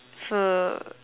hmm